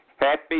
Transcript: Happy